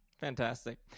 Fantastic